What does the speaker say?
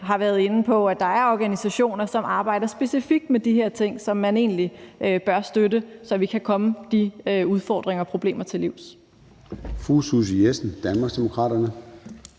har været inde på, at der er organisationer, der arbejder specifikt med de her ting, og som man egentlig bør støtte, så vi kan komme de udfordringer og problemer til livs. Kl. 17:00 Formanden (Søren